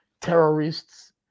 terrorists